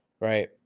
right